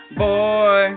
boy